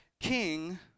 king